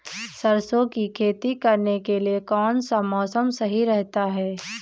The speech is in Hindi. सरसों की खेती करने के लिए कौनसा मौसम सही रहता है?